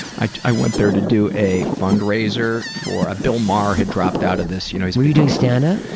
i i went there to do a fund raiser for bill marr had dropped out of this j you know were you doing stand up?